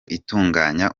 itunganya